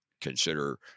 consider